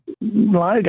logo